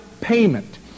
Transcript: payment